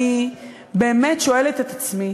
אני באמת שואלת את עצמי